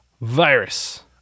Virus